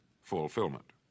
fulfillment